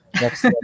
Next